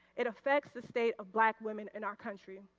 it affects the state of black women in our country.